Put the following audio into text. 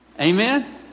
Amen